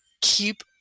keep